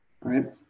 right